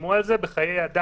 שילמו על זה בחיי אדם.